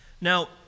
Now